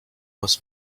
was